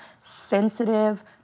sensitive